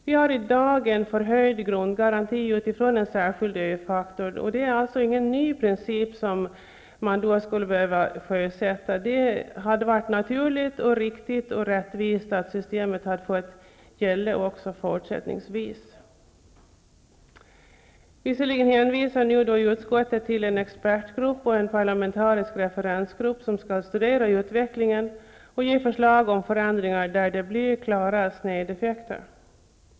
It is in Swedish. Vi har i dag en förhöjd grundgaranti utifrån en särskild ö-faktor. Det är alltså ingen ny princip som man skulle behöva sjösätta. Det hade varit naturligt, riktigt och rättvist att systemet fått gälla också fortsättningsvis. Visserligen hänvisar nu utskottet till en expertgrupp och en parlamentarisk referensgrupp som skall studera utvecklingen och ge förslag om förändringar där det blir klara snedeffekter.